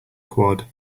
quad